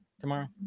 tomorrow